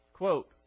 Quote